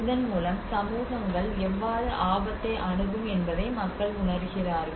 இதன் மூலம் சமூகங்கள் எவ்வாறு ஆபத்தை அணுகும் என்பதை மக்கள் உணர்கிறார்கள்